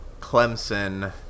Clemson